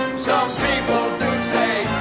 some people do say